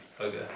Okay